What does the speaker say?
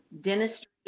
Dentistry